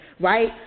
right